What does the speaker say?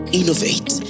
innovate